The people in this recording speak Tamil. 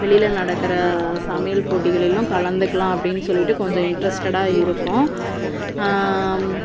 வெளியில் நடக்கிற சமையல் போட்டிகளிலும் கலந்துக்கலாம் அப்படின் சொல்லிவிட்டு கொஞ்சம் இன்டெர்ஸ்ட்டடாக இருக்கோம்